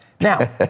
Now